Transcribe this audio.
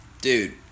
Dude